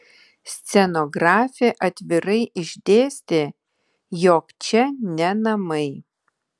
scenografė atvirai išdėstė jog čia ne namai